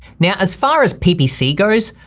now, as far as pbc goes,